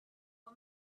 our